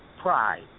Pride